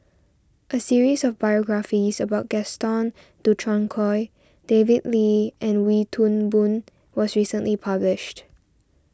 a series of biographies about Gaston Dutronquoy David Lee and Wee Toon Boon was recently published